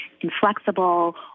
inflexible